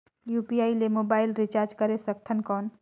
UPI ले mobile recharge करे सकथन कौन?